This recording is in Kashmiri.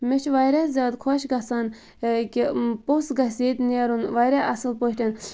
مےٚ چھ واریاہ زیادٕ خۄش گَژھان کہِ پوٚژھ گَژھہِ ییٚتہِ نیرُن واریاہ اصٕل پٲٹھۍ